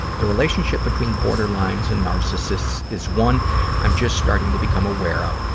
the relationship between borderlines and narcissists is one i'm just starting to become aware of,